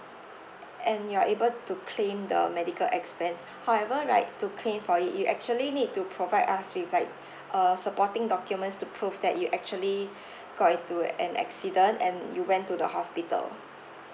a~ and you are able to claim the medical expense however right to claim for it you actually need to provide us with like uh supporting documents to prove that you actually got into an accident and you went to the hospital